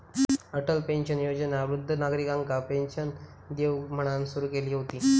Atal pension Yojana वृद्ध नागरिकांका pension देऊक म्हणान सुरू केली हुती